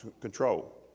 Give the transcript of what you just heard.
control